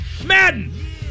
Madden